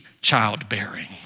childbearing